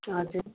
हजुर